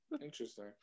Interesting